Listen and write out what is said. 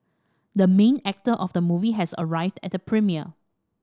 the main actor of the movie has arrived at the premiere